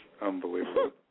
Unbelievable